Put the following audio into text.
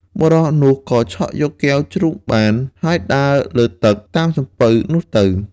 បុរសនោះក៏ឆក់យកកែវជ្រូកបាន ហើយដើរលើទឹកតាមសំពៅនោះទៅ។